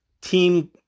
team